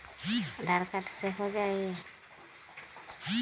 आधार card से हो जाइ?